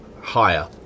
higher